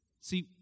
See